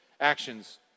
actions